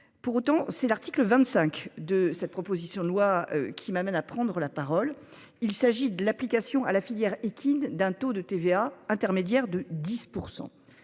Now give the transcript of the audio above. Pour autant, c'est l'article 25 de cette proposition de loi qui m'amène à prendre la parole. Il s'agit de l'application à la filière équine d'un taux de TVA intermédiaire de 10%.